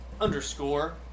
underscore